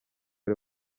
ari